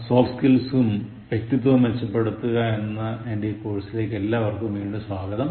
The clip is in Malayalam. സോഫ്റ്റ് സ്കിൽസും വ്യക്തിത്വവും മെച്ചപ്പെടുത്തുക എന്ന എൻറെ ഈ കോഴ്സിലേക്ക് എല്ലാവര്ക്കും വീണ്ടും സ്വാഗതം